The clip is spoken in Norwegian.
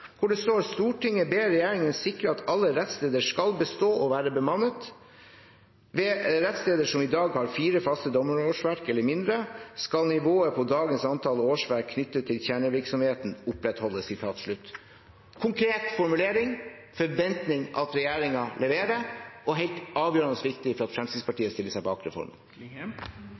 det står: «Stortinget ber regjeringen sikre at alle rettssteder skal bestå og være bemannet. Ved rettssteder som i dag har fire faste dommerårsverk eller mindre, skal nivået på dagens antall årsverk knyttet til kjernevirksomheten opprettholdes.» Det er en konkret formulering, en forventning om at regjeringen leverer, og helt avgjørende viktig for at Fremskrittspartiet stiller seg bak